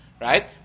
right